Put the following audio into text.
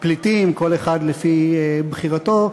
הפליטים, כל אחד לפי בחירתו.